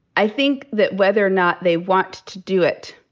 i think that whether or not they want to do it,